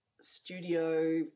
studio